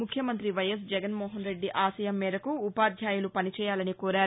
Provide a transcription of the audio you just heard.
ముఖ్యమంత్రి వైఎస్ జగన్మోహన్ రెడ్డి ఆశయం మేరకు ఉపాధ్యాయులు పని చేయాలని కోరారు